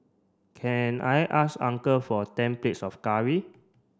can I ask uncle for ten plates of curry